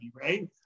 right